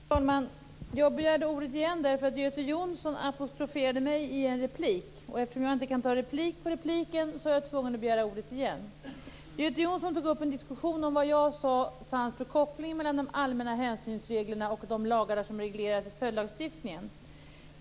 Fru talman! Jag begärde ordet igen därför att Göte Jonsson apostroferade mig i en replik. Eftersom jag inte kan ta replik på replik var jag tvungen att begära ordet igen. Göte Jonsson tog upp en diskussion om vad jag sade att det fanns för koppling mellan de allmänna hänsynsreglerna och de lagar som reglerar följdlagstiftningen.